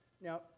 Now